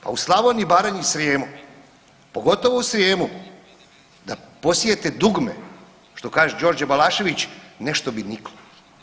Pa u Slavoniji, Baranji i Srijemu, pogotovo u Srijemu da posijete dugme što kaže Đorđe Balašević nešto bi niklo.